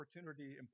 opportunity